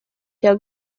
cya